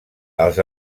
els